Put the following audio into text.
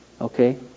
Okay